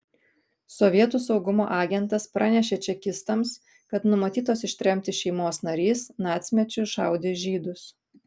sovietų saugumo agentas pranešė čekistams kad numatytos ištremti šeimos narys nacmečiu šaudė žydus